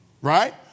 Right